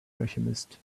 alchemist